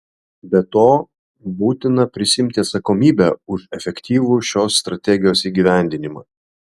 be to būtina prisiimti atsakomybę už efektyvų šios strategijos įgyvendinimą